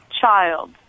child